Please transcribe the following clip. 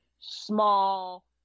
small